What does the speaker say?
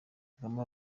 kagame